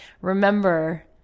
Remember